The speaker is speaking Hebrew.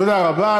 תודה רבה.